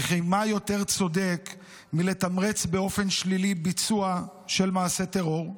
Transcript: וכי מה יותר צודק מלתמרץ באופן שלילי ביצוע מעשה טרור?